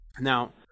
Now